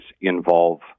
involve